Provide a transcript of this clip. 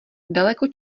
daleko